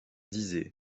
disaient